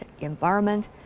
Environment